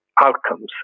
outcomes